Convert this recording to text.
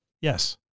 Yes